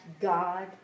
God